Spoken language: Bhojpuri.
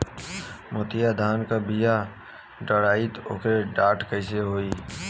मोतिया धान क बिया डलाईत ओकर डाठ कइसन होइ?